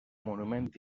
monument